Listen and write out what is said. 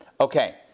Okay